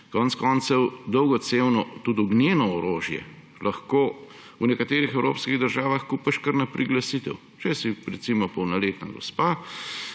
Konec koncev dolgocevno, tudi ognjeno orožje lahko v nekaterih evropskih državah kupiš kar na priglasitev. Če si, recimo, polnoletna gospa